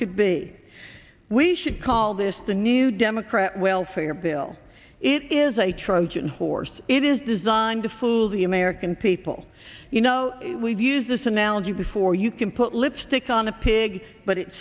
could be we should call this the new democrat well for your bill it is a trojan horse it is designed to fool the american people you know we've used this analogy before you can put lipstick on a pig but it's